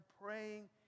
praying